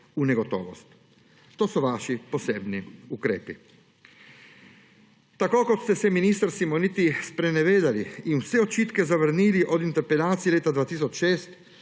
v negotovost. To so vaši posebni ukrepi. Tako kot ste se, minister Simoniti, sprenevedali in vse očitke zavrnili od interpelacije leta 2006,